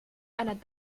einer